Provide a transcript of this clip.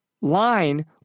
line